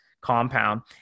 Compound